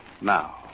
now